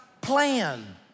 plan